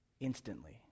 instantly